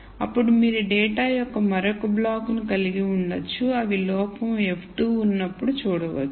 అప్పుడు మీరు డేటా యొక్క మరొక బ్లాక్ ను కలిగి ఉండవచ్చు అవి లోపం f2 ఉన్నప్పుడు చూడవచ్చు